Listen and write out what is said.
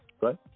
Right